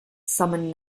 summon